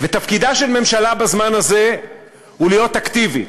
ותפקידה של ממשלה בזמן הזה הוא להיות אקטיבית,